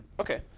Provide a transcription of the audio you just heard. Okay